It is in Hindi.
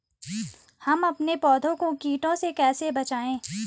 हम अपने पौधों को कीटों से कैसे बचाएं?